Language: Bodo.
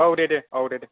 औ दे दे औ दे